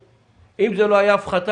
בכנות שאם זאת לא הייתה הפחתה,